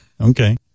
Okay